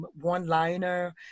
one-liner